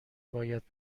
باید